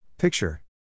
Picture